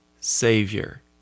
Savior